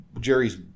Jerry's